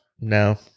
No